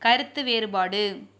கருத்து வேறுபாடு